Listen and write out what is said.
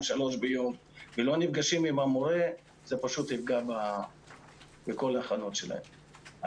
שלוש ביום ולא נפגשים עם המורה זה פשוט יפגע בכל ההכנות שלהם.